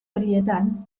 horietan